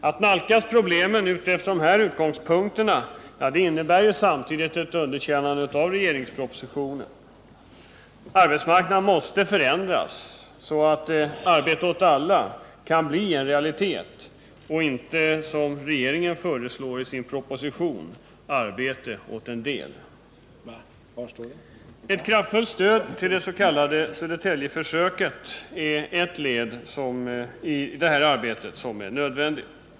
Att nalkas problemen utifrån dessa utgångspunkter innebär ett underkännande av regeringspropositionen. Arbetsmarknaden måste förändras så att ”arbete åt alla” kan bli en realitet och inte, som regeringen föreslår i sin proposition, arbete åt en del. Ett kraftfullt stöd till det s.k. Södertäljeförsöket är ett nödvändigt led i det här arbetet.